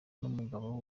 n’umugabo